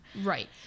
Right